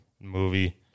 movie